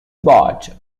bought